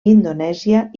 indonèsia